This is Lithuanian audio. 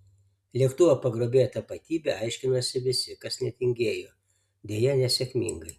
lėktuvo pagrobėjo tapatybę aiškinosi visi kas netingėjo deja nesėkmingai